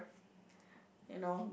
you know